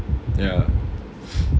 ya